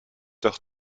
heures